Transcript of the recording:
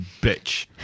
bitch